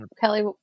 Kelly